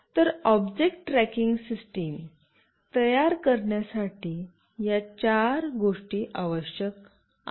तर object tracking system तयार करण्यासाठी या चार गोष्टी आवश्यक आहेत